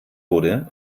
wurde